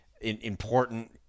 important